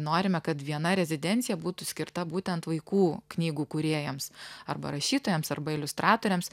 norime kad viena rezidencija būtų skirta būtent vaikų knygų kūrėjams arba rašytojams arba iliustratoriams